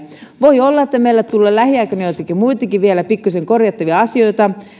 voi olla että meille tulee lähiaikoina vielä joitakin muitakin pikkuisen korjattavia asioita